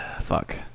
Fuck